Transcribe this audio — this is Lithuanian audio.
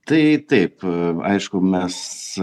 tai taip aišku mes